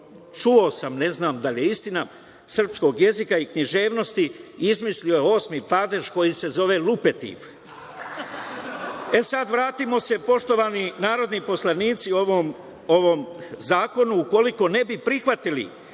čuo sam, ne znam da li je, istina srpskog jezika i književnosti izmislio osmi padež koji se zove „lupetiv“.Vratimo se, poštovani narodni poslanici, ovom zakonu. Ukoliko ne bi prihvatili